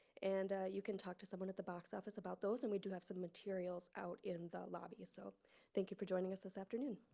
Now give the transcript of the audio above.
and you can talk to someone at the box office about those. and we do have some materials out in the lobby. so thank you for joining us this afternoon.